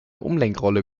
umlenkrolle